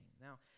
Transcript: Now